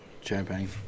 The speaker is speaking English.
Champagne